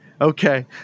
Okay